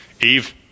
Eve